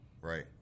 right